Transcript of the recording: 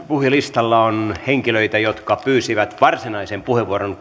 puhujalistalla on henkilöitä jotka pyysivät varsinaisen puheenvuoron